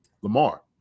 Lamar